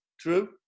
True